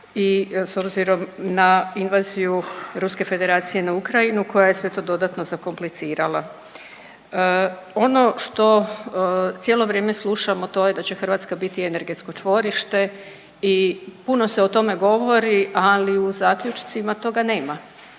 i s obzirom na invaziju Ruske Federacije na Ukrajinu koja se eto dodatno zakomplicirala. Ono što cijelo vrijeme slušamo to je da će Hrvatska biti energetsko čvorište i puno se o tome govori, ali u zaključcima toga nema.